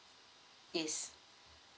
yes